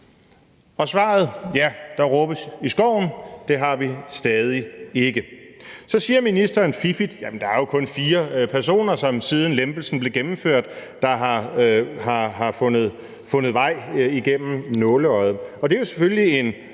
og svaret, ja, der råbes i skoven, har vi stadig ikke. Så siger ministeren fiffigt, at der jo kun er fire personer, som, siden lempelsen blev gennemført, har fundet vej igennem nåleøjet. Det betyder jo, at der selvfølgelig måtte